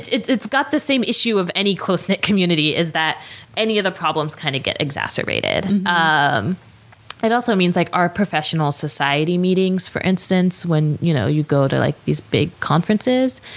it's it's got the same issues of any close-knit community, is that any of the problems kind of get exacerbated. and um it also means like our professional society meetings, for instance, when you know you go to like these big conferences.